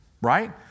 right